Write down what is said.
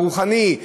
והרוחני,